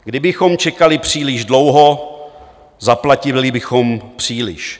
Kdybychom čekali příliš dlouho, zaplatili bychom příliš.